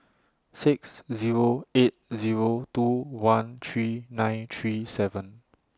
six Zero eight Zero two one three nine three seven